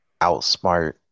outsmart